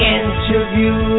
interview